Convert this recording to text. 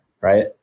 Right